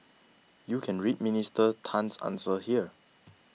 you can read Minister Tan's answer here